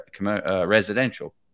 residential